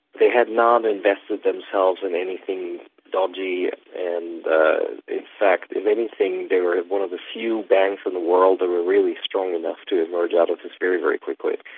they had not invested themselves in anything dodgy and in fact if anything, they're one of the few banks in the world that are really strong enough to emerge out of this very, very quickly.